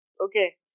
Okay